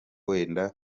wenda